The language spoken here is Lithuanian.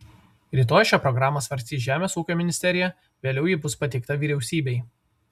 rytoj šią programą svarstys žemės ūkio ministerija vėliau ji bus pateikta vyriausybei